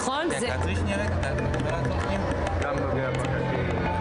ראה את הקטינה עם אחיה הקטן יחד עם סבא שלהם באים לקנות אצלו.